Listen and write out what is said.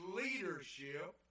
leadership